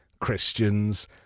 Christians